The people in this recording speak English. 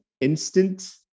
instant